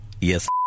Yes